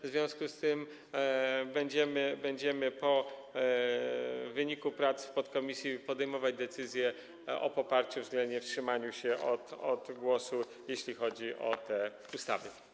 W związku z tym będziemy na podstawie wyniku prac w podkomisji podejmować decyzję o poparciu względnie wstrzymaniu się od głosu, jeśli chodzi o te ustawy.